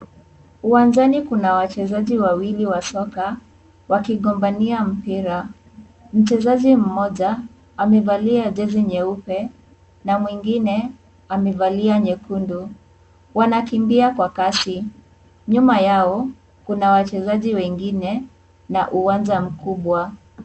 Uwanjani kuna wachezaji wawili wa soka wakigombania mpira, mchezaji mmoja amevalia jezi nyeupe na mwingine amevalia nyekundu. Wanakimbia kwa kasi. Nyuma yao kuna wachezaji wengine na uwanja mkubwa.